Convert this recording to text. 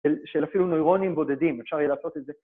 של אפילו נוירונים בודדים, אפשר יהיה לעשות את זה.